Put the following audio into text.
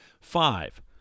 Five